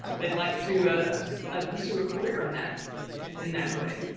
they'd like to ah ah pursue a career in that in that way.